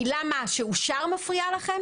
המילה "שאושר" מפריעה לכם?